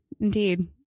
Indeed